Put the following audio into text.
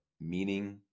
meaning